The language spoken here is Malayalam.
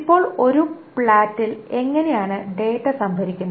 ഇപ്പോൾ ഒരു പ്ലാറ്ററിൽ എങ്ങനെയാണ് ഡാറ്റ സംഭരിക്കുന്നത്